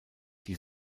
die